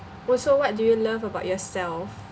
also what do you love about yourself